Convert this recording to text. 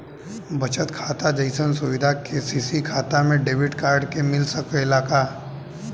बचत खाता जइसन सुविधा के.सी.सी खाता में डेबिट कार्ड के मिल सकेला का?